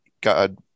God